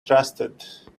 trusted